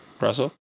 Russell